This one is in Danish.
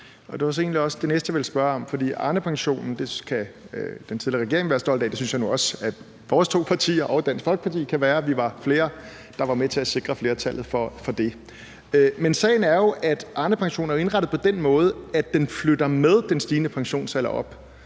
også det næste, jeg ville spørge om. For Arnepensionen kan den tidligere regering være stolt af. Det synes jeg nu også at vores to partier og Dansk Folkeparti kan være; vi var flere, der var med til at sikre flertallet for det. Men sagen er, at Arnepensionen jo er indrettet på den måde, at den flytter op med den stigende pensionsalder.